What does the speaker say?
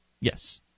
Yes